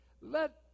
Let